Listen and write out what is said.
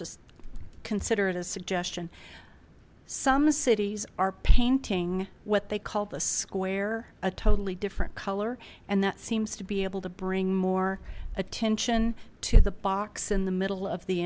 just consider it a suggestion some cities are painting what they call the square a totally different color and that seems to be able to bring more attention to the box in the middle of the